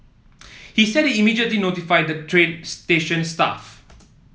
he said he immediately notified the train station staff